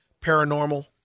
paranormal